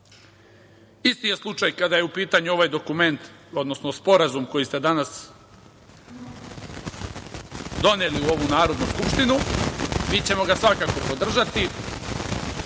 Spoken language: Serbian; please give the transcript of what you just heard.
je slučaj kada je u pitanju ovaj dokument, odnosno sporazum koji ste danas doneli u ovu Narodnu skupštinu. Mi ćemo ga svakako podržati. Ja